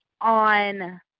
on